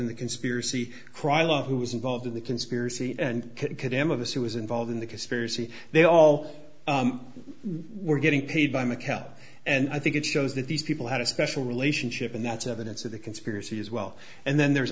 in the conspiracy krylon who was involved in the conspiracy and could m of us who was involved in the conspiracy they all were getting paid by macau and i think it shows that these people had a special relationship and that's evidence of the conspiracy as well and then there's